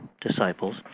disciples